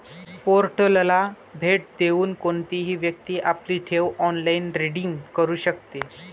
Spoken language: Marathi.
पोर्टलला भेट देऊन कोणतीही व्यक्ती आपली ठेव ऑनलाइन रिडीम करू शकते